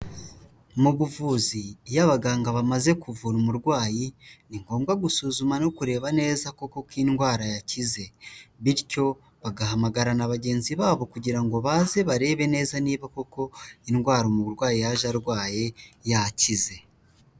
Mu buvuzi iyo abaganga bamaze kuvura umurwayi ni ngombwa gusuzuma no kureba neza koko ko indwara yakize. Bityo bagahamagara na bagenzi babo kugira ngo baze barebe neza niba koko indwara umurwayi yaje arwaye yakize.